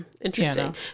Interesting